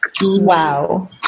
wow